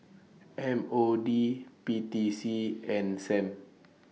M O D P T C and SAM